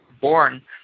born